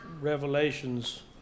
Revelations